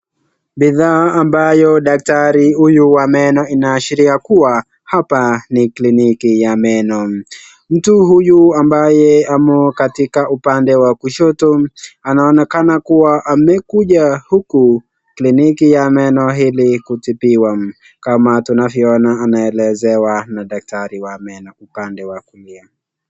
Bidhaa ambayo daktari huyu wa meno inaashiria kuwa hapa ni kliniki ya meno mtu huyu ambaye amo katika upande wa kushoto anaonekana kuwa amekuja huku kliniki ya meno ili kutibiwa kama tunavyoona anaelezewa na daktari wa meno upande wa kulia.